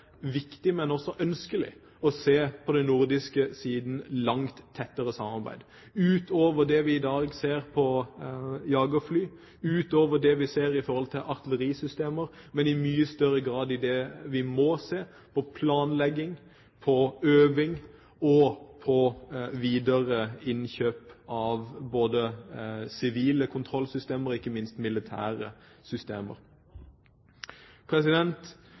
viktig, men også ønskelig å se et langt tettere samarbeid på den nordiske siden – utover det vi i dag ser når det gjelder jagerfly, utover det vi ser i forhold til artillerisystemer. I mye større grad må vi se på planlegging, øving og videre innkjøp av både sivile kontrollsystemer og ikke minst militære systemer.